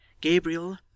Gabriel